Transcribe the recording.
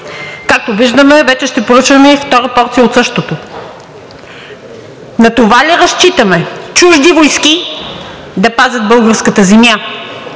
както виждаме, вече ще поръчваме и втора порция от същото. На това ли разчитаме – чужди войски да пазят българската земя,